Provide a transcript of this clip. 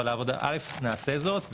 אבל א' נעשה זאת,